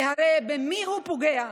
כי הרי במי הוא פוגע,